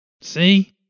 See